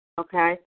okay